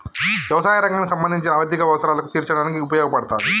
యవసాయ రంగానికి సంబంధించిన ఆర్ధిక అవసరాలను తీర్చడానికి ఉపయోగపడతాది